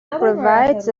provides